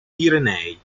pirenei